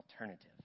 alternative